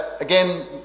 again